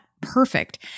perfect